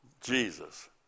Jesus